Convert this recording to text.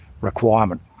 requirement